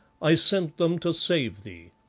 i sent them to save thee,